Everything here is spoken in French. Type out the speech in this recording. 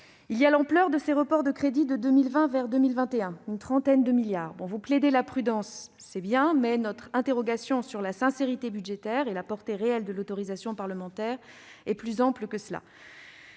Il y a l'ampleur de ces reports de crédits de 2020 vers 2021- ils représentent une trentaine de milliards d'euros. Vous plaidez la prudence ... C'est bien, mais notre interrogation sur la sincérité budgétaire et la portée réelle de l'autorisation parlementaire est plus ample que cela.